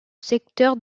secteur